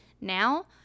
Now